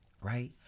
right